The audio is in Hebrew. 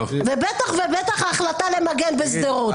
בטח ובטח ההחלטה למגן בשדרות.